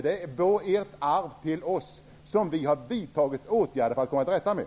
Det är ert arv till oss, som vi har vidtagit åtgärder för att komma till rätta med.